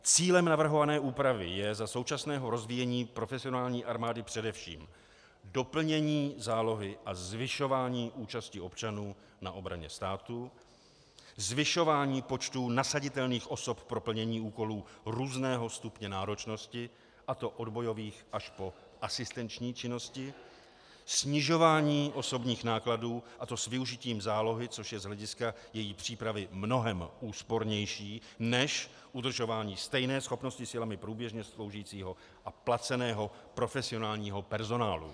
Cílem navrhované úpravy je za současného rozvíjení profesionální armády především doplnění zálohy a zvyšování účasti občanů na obraně státu, zvyšování počtů nasaditelných osob pro plnění úkolů různého stupně náročnosti, a to od bojových až po asistenční činnosti, snižování osobních nákladů, a to s využitím zálohy, což je z hlediska její přípravy mnohem úspornější než udržování stejné schopnosti silami průběžně sloužícího a placeného profesionálního personálu.